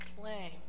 claim